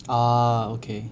ah okay